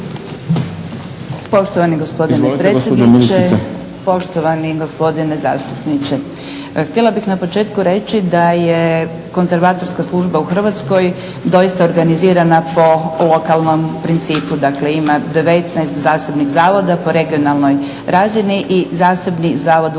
Poštovani gospodine predsjedniče, poštovani gospodine zastupniče. Htjela bih na početku reći da je konzervatorska služba u Hrvatskoj doista organizirana po lokalnom principu. Dakle, ima 19 zasebnih zavoda po regionalnoj razini i zasebnih zavoda u gradu